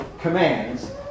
commands